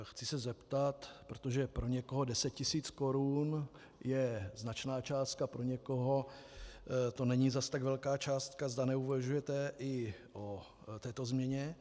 Chci se zeptat, protože pro někoho deset tisíc korun je značná částka, pro někoho to není zase tak velká částka, zda neuvažujete i o této změně.